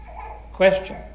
Question